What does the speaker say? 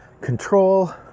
control